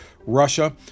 Russia